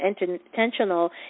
intentional